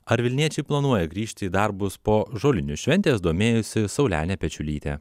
ar vilniečiai planuoja grįžti į darbus po žolinių šventės domėjosi saulenė pečiulytė